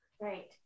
Right